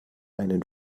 einen